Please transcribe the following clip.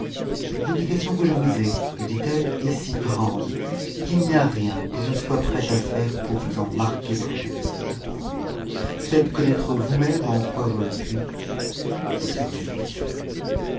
l'obligation que je vous ai lui dit-elle est si grande qu'il n'y a rien que je ne sois prête à faire pour vous en inarquer ma reconnaissance faites connaître vous-même en quoi je le puis vous serez satisfait